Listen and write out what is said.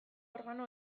organo